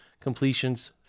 completions